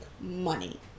money